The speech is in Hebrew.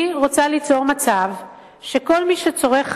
אני רוצה ליצור מצב שכל מי שצורך